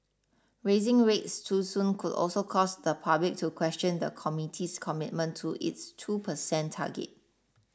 Raising rates too soon could also cause the public to question the committee's commitment to its two percent target